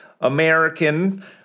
American